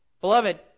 Beloved